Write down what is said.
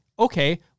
okay